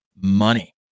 money